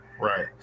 Right